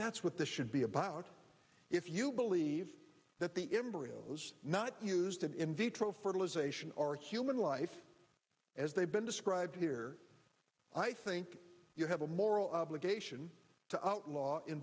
that's what this should be about if you believe that the embryo was not used in vitro fertilization or human life as they've been described here i think you have a moral obligation to outlaw in